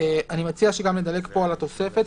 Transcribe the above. אני מציע שנדלג גם על התוספת,